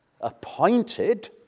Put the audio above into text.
appointed